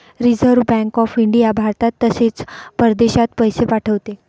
reserve Bank of India भारतात तसेच परदेशात पैसे पाठवते